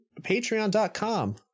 patreon.com